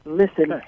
listen